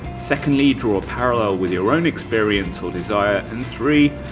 secondly draw a parallel with your own experience or desire, and three,